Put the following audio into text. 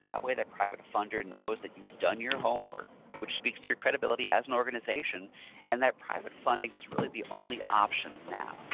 that way the private funder knows that you've done your homework which speaks to your credibility as an organization and that private funding is really the only option now.